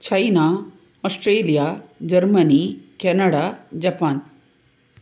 China Australia Germany Canada Japan